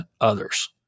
others